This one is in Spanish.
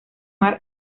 mar